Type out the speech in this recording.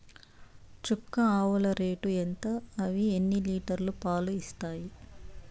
చుక్క ఆవుల రేటు ఎంత? అవి ఎన్ని లీటర్లు వరకు పాలు ఇస్తాయి?